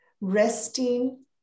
resting